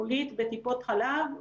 יגיעו לטיפות החלב,